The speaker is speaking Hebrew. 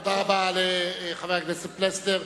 תודה רבה לחבר הכנסת פלסנר.